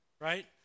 right